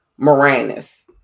Moranis